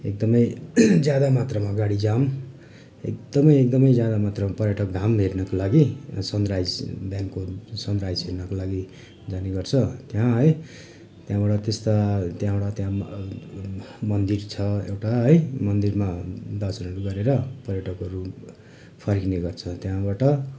एकदमै ज्यादा मात्रमा गाडी जाम एकदमै एकदमै ज्यादा मात्रमा पर्यटक घाम हेर्नका लागि सनराइस बिहानको सनराइज हेर्नका लागि जाने गर्छ त्यहाँ है त्यहाँबाट त्यस्ता त्यहाँबाट त्यहाँ मन्दिर छ एउटा है मन्दिरमा दर्शनहरू गरेर पर्यटकहरू फर्किने गर्छ त्यहाँबाट